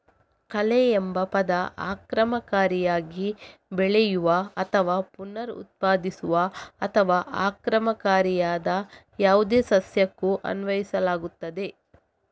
ಕಳೆಎಂಬ ಪದ ಆಕ್ರಮಣಕಾರಿಯಾಗಿ ಬೆಳೆಯುವ ಅಥವಾ ಪುನರುತ್ಪಾದಿಸುವ ಅಥವಾ ಆಕ್ರಮಣಕಾರಿಯಾದ ಯಾವುದೇ ಸಸ್ಯಕ್ಕೂ ಅನ್ವಯಿಸಲಾಗುತ್ತದೆ